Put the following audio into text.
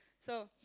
so